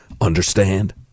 Understand